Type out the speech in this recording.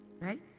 Right